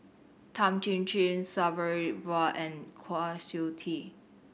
Tan Chin Chin Sabri Buang and Kwa Siew Tee